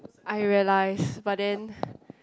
I realize but then